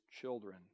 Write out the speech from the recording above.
children